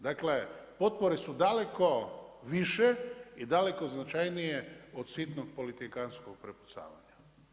Dakle, potpore su daleko više i daleko značajnije od sitnog politikantskog prepucavanja.